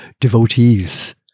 devotees